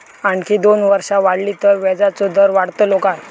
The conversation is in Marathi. आणखी दोन वर्षा वाढली तर व्याजाचो दर वाढतलो काय?